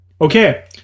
okay